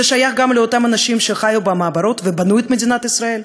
הוא שייך גם לאותם אנשים שחיו במעברות ובנו את מדינת ישראל,